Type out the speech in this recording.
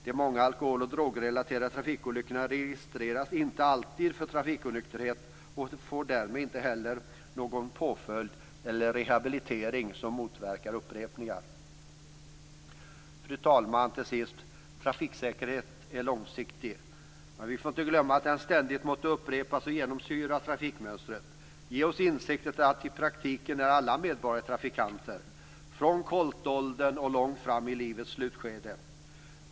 De många alkohol och drogrelaterade trafikolyckorna registreras inte alltid för trafikonykterhet, och därmed blir det inte heller någon påföljd eller rehabilitering som skulle motverka upprepningar. Fru talman! Trafiksäkerhet är ett långsiktigt arbete. Vi får inte glömma att ständigt upprepa arbetet med säkerheten så att den kommer att genomsyra trafikmönstret. Vi skall ha insikten att alla medborgare i praktiken är trafikanter - från koltåldern och långt fram i livets slutskede.